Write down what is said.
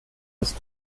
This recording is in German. ist